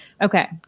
okay